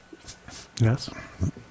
Yes